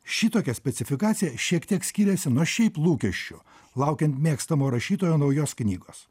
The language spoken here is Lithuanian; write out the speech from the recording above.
šitokia specifikacija šiek tiek skiriasi nuo šiaip lūkesčio laukiant mėgstamo rašytojo naujos knygos